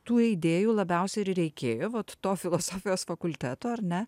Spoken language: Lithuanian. tų idėjų labiausiai ir reikėjo vat to filosofijos fakulteto ar ne